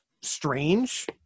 strange